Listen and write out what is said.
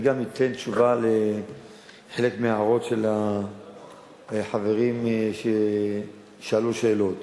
זה גם ייתן לחלק מההערות של החברים ששאלו שאלות,